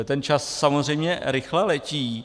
Ten čas samozřejmě rychle letí.